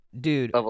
Dude